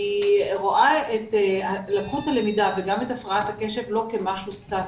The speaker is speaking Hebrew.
אני רואה את לקות הלמידה וגם את הפרעת הקשב לא כמשהו סטטי.